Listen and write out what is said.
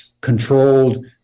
controlled